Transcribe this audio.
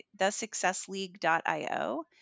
thesuccessleague.io